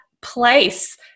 place